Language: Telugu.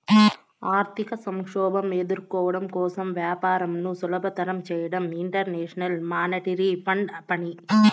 ఆర్థిక సంక్షోభం ఎదుర్కోవడం కోసం వ్యాపారంను సులభతరం చేయడం ఇంటర్నేషనల్ మానిటరీ ఫండ్ పని